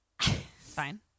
Fine